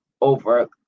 over